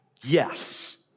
Yes